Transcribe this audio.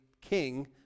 king